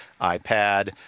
iPad